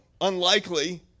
unlikely